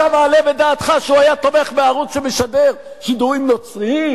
אתה מעלה בדעתך שהוא היה תומך בערוץ שמשדר שידורים נוצריים?